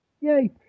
Yay